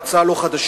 היא הצעה לא חדשה,